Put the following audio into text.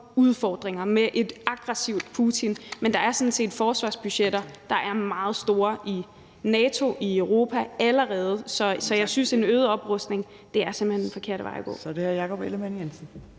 udfordringer, med en aggressiv Putin, men der er sådan set forsvarsbudgetter, der er meget store, i NATO, i Europa, allerede, så jeg synes, at en øget oprustning simpelt hen er den forkerte vej at gå. Kl. 15:12 Tredje